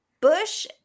bush